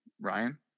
Ryan